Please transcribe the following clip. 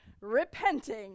repenting